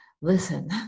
listen